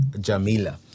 Jamila